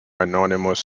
anonymous